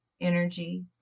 energy